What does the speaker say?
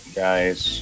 guys